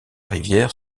rivières